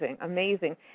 amazing